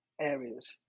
areas